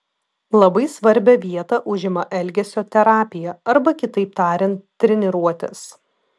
labai svarbią vietą užima elgesio terapija arba kitaip tariant treniruotės